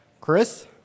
Chris